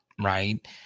right